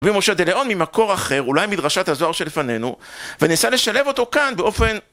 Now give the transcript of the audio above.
רבי משה דלאון, ממקור אחר, אולי מדרשת הזוהר שלפנינו, וניסה לשלב אותו כאן באופן...